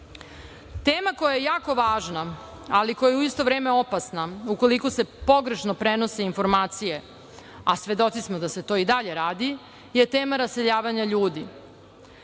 koja je jako važna, ali koja je u isto vreme opasna ukoliko se pogrešno prenose informacije, a svedoci smo da se to i dalje radi, je tema raseljavanja ljudi.